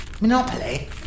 Monopoly